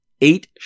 eight